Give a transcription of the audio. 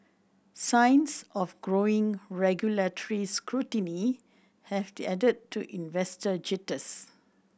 signs of growing regulatory scrutiny have added to investor jitters